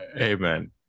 Amen